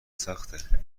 سخته